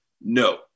No